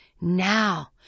now